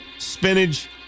spinach